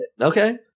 Okay